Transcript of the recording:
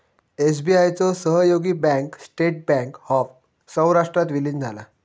SBI चो सहयोगी bank state bank of सौराष्ट्रात विलीन झाला